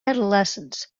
adolescence